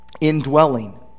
Indwelling